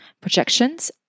projections